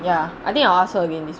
ya I think I will ask her again this week